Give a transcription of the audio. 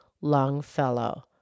Longfellow